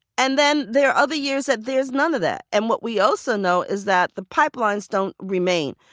and then there are other years that there's none of that. and what we also know is that the pipelines don't remain.